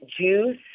juice